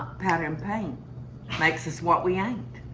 powder and paint makes us what we ain't.